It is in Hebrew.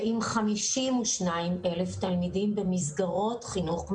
ועם 52,000 תלמידים במסגרות חינוך מיוחד,